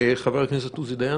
חבר הכנסת עוזי דיין.